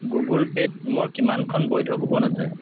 Google পে'ত মোৰ কিমানখন বৈধ কুপন আছে